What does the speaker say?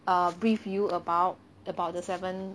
err brief you about about the seven